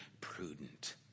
prudent